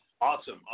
awesome